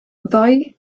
ddoe